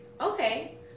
Okay